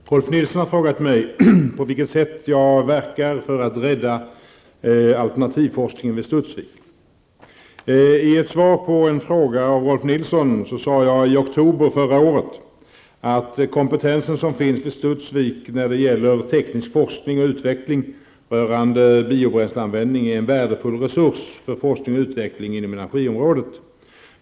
Herr talman! Rolf Nilson har frågat mig på vilket sätt jag verkar för att rädda alternativforskningen vid Studsvik. I ett svar på en fråga av Rolf Nilson, sade jag i oktober förra året att kompetensen som finns vid Studsvik när det gäller teknisk forskning och utveckling rörande biobränsleanvändning är en värdefull resurs för forskning och utveckling inom energiområdet.